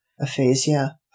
Aphasia